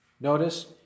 notice